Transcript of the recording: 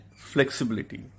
flexibility